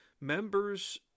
members